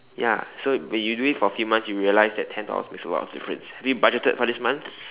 ya so when you do it for few months you realise that ten dollars makes a lot of difference have you budgeted for this month